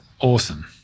awesome